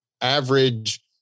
average